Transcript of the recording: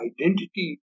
identity